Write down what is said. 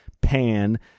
Pan